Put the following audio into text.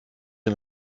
den